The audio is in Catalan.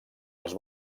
els